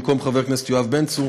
במקום חבר הכנסת יואב בן צור,